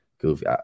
goofy